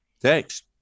Thanks